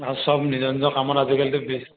আৰু চব নিজৰ নিজৰ কামত আজিকালিতো